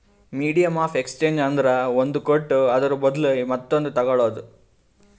medium of exchange ಅಂದ್ರ ಒಂದ್ ಕೊಟ್ಟು ಅದುರ ಬದ್ಲು ಮತ್ತೊಂದು ತಗೋಳದ್